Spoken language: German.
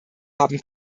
haben